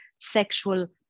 sexual